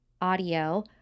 audio